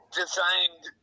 designed